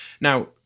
Now